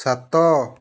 ସାତ